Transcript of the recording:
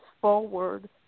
forward